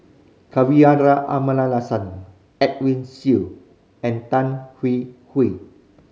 Kavignareru Amallathasan Edwin Siew and Tan Hwee Hwee